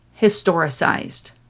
historicized